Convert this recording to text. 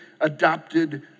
adopted